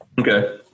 Okay